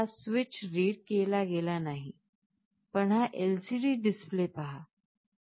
म्हणून हा switch read केला गेला नाही नाही पण हा LCD डिस्प्ले पहा